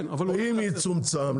אם יצומצם,